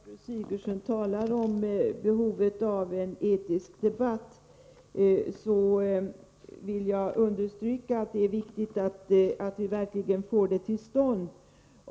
Herr talman! När Gertrud Sigurdsen talar om behovet av en etisk debatt, vill jag understryka att det är viktigt att vi verkligen får en sådan till stånd.